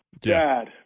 Dad